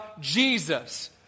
Jesus